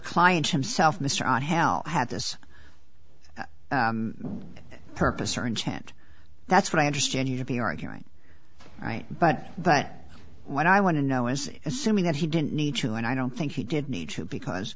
client himself mr on hell had this purpose or intent that's what i understand you to be arguing right but but what i want to know is assuming that he didn't need to and i don't think he did need to because